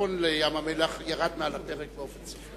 התיכון לים-המלח ירד מעל הפרק באופן סופי?